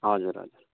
हजुर हजुर